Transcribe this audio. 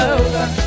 over